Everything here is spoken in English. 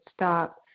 stop